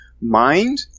mind